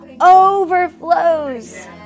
overflows